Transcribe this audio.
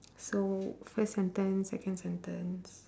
so first sentence second sentence